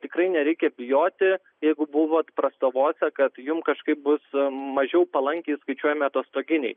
tikrai nereikia bijoti jeigu buvo prastovose kad jums kažkaip bus mažiau palankiai skaičiuojami atostoginiai